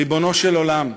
ריבונו של עולם,